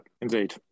indeed